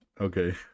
Okay